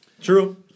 True